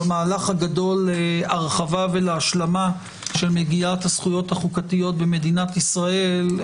במהלך הגדול להרחבה ולהשלמה של מניית הזכויות החוקתיות במדינת ישראל,